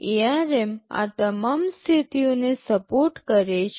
ARM આ તમામ સ્થિતિઓને સપોર્ટ કરે છે